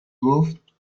گفت